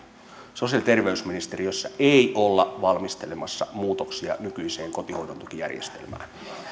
sosiaali ja terveysministeriössä ei olla valmistelemassa muutoksia nykyiseen kotihoidon tukijärjestelmään